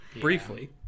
Briefly